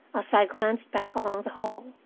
as i glanced back along the hall,